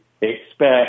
expect